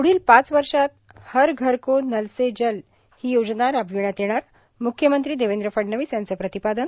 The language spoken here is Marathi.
प्ढील पाच वर्षात हर घर को नल से जलही योजना राबविण्यात येणार म्ख्यमंत्री देवेंद्र फडणवीस यांचं प्रतिपादन